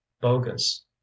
bogus